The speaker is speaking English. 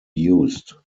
used